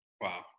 Wow